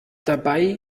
dabei